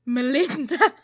Melinda